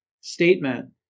statement